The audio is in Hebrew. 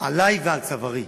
עלי ועל צווארי.